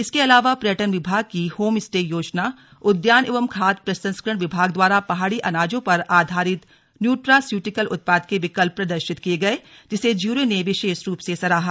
इसके अलावा पर्यटन विभाग की होम स्टे योजना उद्यान एवं खाद्य प्रसंस्करण विभाग द्वारा पहाड़ी अनाजों पर आधारित न्यूट्रा स्यूटिकल उत्पाद के विकल्प प्रदर्शित किये गये जिसे ज्यूरी ने विशेष रूप से सराहा